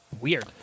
Weird